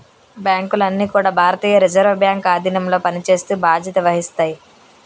బ్యాంకులన్నీ కూడా భారతీయ రిజర్వ్ బ్యాంక్ ఆధీనంలో పనిచేస్తూ బాధ్యత వహిస్తాయి